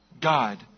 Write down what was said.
God